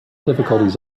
difficulties